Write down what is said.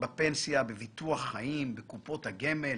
בפנסיה, בביטוח חיים, בקופות הגמל